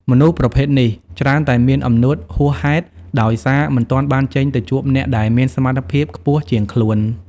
មនុស្សប្រភេទនេះច្រើនតែមានអំនួតហួសហេតុ ដោយសារមិនទាន់បានចេញទៅជួបអ្នកដែលមានសមត្ថភាពខ្ពស់ជាងខ្លួន។